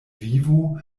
vivo